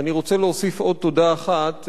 ואני רוצה להוסיף עוד תודה אחת,